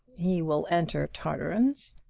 he will enter tarteran's.